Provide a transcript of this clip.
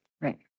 Right